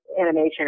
animation